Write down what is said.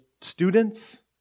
students